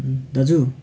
दाजु